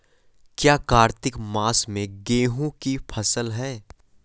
क्या कार्तिक मास में गेहु की फ़सल है?